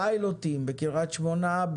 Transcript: פיילוטים בקריית שמונה,